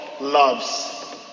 loves